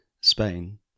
Spain